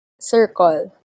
circle